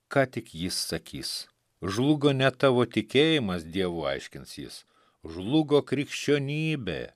ką tik jis sakys žlugo ne tavo tikėjimas dievu aiškins jis žlugo krikščionybė